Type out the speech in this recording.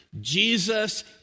Jesus